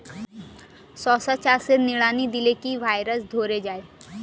শশা চাষে নিড়ানি দিলে কি ভাইরাস ধরে যায়?